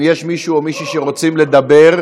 אם יש מישהו או מישהי שרוצים לדבר,